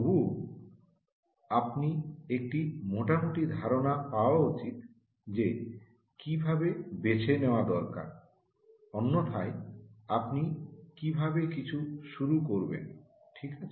তবুও আপনি একটি মোটামুটি ধারণা পাওয়া উচিত যে কীভাবে বেছে নেওয়া দরকার অন্যথায় আপনি কীভাবে কিছু শুরু করবেন ঠিক আছে